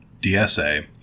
dsa